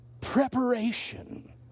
Preparation